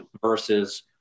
versus